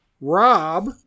Rob